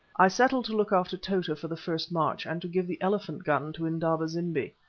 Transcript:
i settled to look after tota for the first march, and to give the elephant gun to indaba-zimbi.